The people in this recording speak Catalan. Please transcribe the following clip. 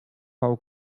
pau